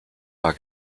war